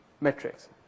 metrics